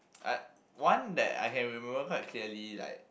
uh one that I had remember quite clearly like